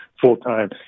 full-time